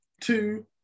Two